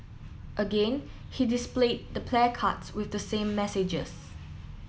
again he displayed the placards with the same messages